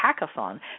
hackathon